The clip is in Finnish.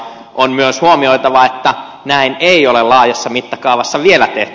on myös huomioitava että näin ei ole laajassa mittakaavassa vielä tehty